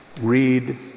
read